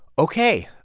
ok,